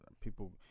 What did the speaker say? people